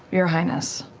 your highness,